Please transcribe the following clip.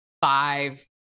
five